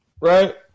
right